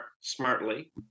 smartly